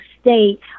state